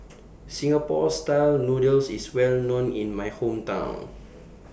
Singapore Style Noodles IS Well known in My Hometown